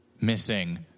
Missing